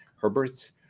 Herbert's